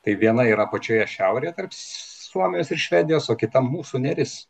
tai viena yra pačioje šiaurėje tarp suomijos ir švedijos o kita mūsų neris